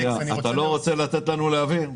אתה לא רוצה לתת לנו להבין?